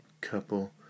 couple